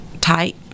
tight